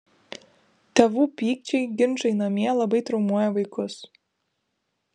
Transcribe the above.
tėvų pykčiai ginčai namie labai traumuoja vaikus